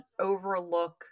overlook